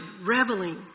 reveling